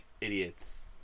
idiots